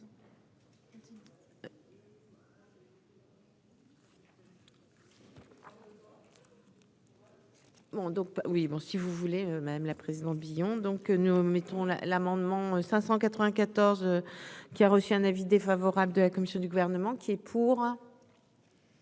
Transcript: si vous voulez, même la président Billon, donc nous mettons la, l'amendement 594 qui a reçu un avis défavorable de la commission du gouvernement qui est pour.